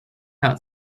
cat